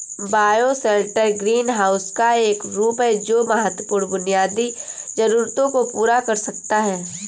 bioshelter greenhouse का एक रूप है जो महत्वपूर्ण बुनियादी जरूरतों को पूरा कर सकता है